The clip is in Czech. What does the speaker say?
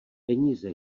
peníze